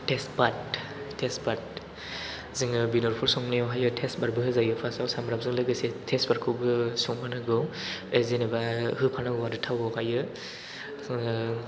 टेसपाट टेसपाट जोङो बेदरफोर संनायावहायो टेसपाटबो होजायो फार्स्टाव सामब्रामजों लोगोसे टेसपाटखौबो संहोनांगौ जेनेबा होफानांगौ आरो थावआवहायो